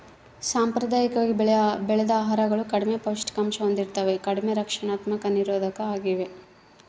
ಸಾಂಪ್ರದಾಯಿಕವಾಗಿ ಬೆಳೆದ ಆಹಾರಗಳು ಕಡಿಮೆ ಪೌಷ್ಟಿಕಾಂಶ ಹೊಂದಿರ್ತವ ಕಡಿಮೆ ರಕ್ಷಣಾತ್ಮಕ ನಿರೋಧಕ ಆಗ್ಯವ